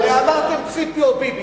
הרי אמרתם "ציפי או ביבי".